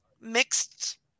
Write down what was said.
mixed